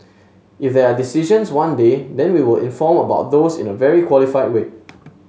if there are decisions one day then we will inform about those in a very qualified way